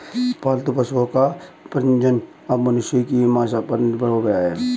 पालतू पशुओं का प्रजनन अब मनुष्यों की मंसा पर निर्भर हो गया है